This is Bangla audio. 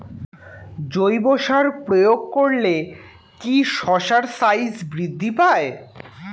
জৈব সার প্রয়োগ করলে কি শশার সাইজ বৃদ্ধি পায়?